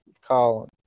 Colin